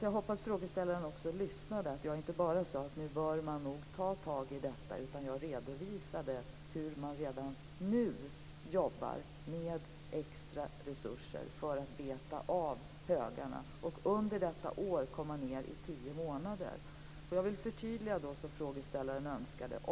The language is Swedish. Jag hoppas att frågeställaren också lyssnade och hörde att jag inte bara sade att man nu bör ta tag i detta. Jag redovisade också hur man redan nu jobbar med extra resurser för att beta av högarna och under detta år komma ned till en handläggningstid på tio månader. Jag vill göra det förtydligande som frågeställaren önskade.